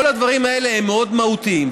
כל הדברים האלה הם מאוד מהותיים.